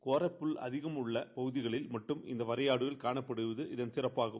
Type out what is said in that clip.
கோரப்புல் அதிகம் உள்ள பகதிகளில் மட்டும் இந்த வரையாடுகள் காணப்படுவது இதன் சிறப்பாகும்